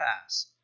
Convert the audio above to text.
pass